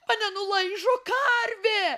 mane nulaižo karvė